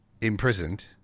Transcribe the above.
imprisoned